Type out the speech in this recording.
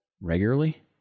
regularly